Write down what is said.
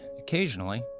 occasionally